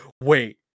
wait